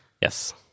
Yes